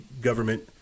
government